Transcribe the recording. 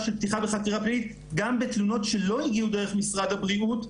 של פתיחה בחקירה פלילית גם בתלונות שלא הגיעו דרך משרד הבריאות,